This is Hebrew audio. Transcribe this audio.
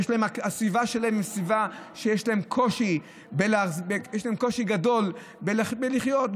הסביבה שלהם היא סביבה שיש לה קושי גדול לחיות,